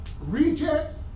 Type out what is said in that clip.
reject